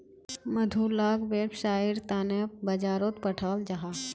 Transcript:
मधु लाक वैव्सायेर तने बाजारोत पठाल जाहा